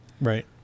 Right